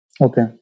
Okay